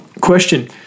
Question